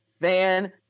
Van